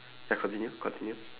ya continue continue